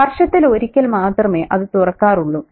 വർഷത്തിൽ ഒരിക്കൽ മാത്രമേ അത് തുറക്കാറുള്ളു